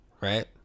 right